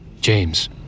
James